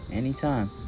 anytime